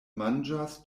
manĝas